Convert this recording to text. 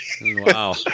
wow